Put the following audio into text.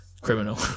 Criminal